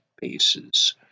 bases